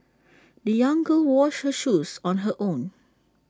the young girl washed her shoes on her own